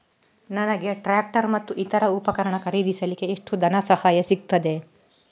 ನನಗೆ ಟ್ರ್ಯಾಕ್ಟರ್ ಮತ್ತು ಇತರ ಉಪಕರಣ ಖರೀದಿಸಲಿಕ್ಕೆ ಎಷ್ಟು ಧನಸಹಾಯ ಸಿಗುತ್ತದೆ?